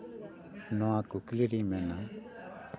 ᱱᱚᱶᱟ ᱠᱩᱠᱞᱤ ᱨᱤᱧ ᱢᱮᱱᱟ